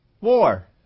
war